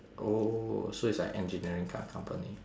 oh so it's like engineering kind of company